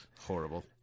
horrible